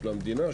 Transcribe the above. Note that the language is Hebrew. של המדינה,